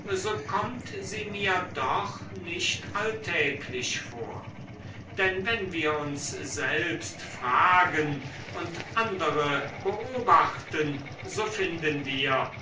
so kommt sie mir doch nicht alltäglich vor denn wenn wir uns selbst fragen und andere beobachten so finden wir